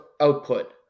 output